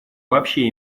вообще